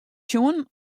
sjoen